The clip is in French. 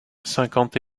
cinquante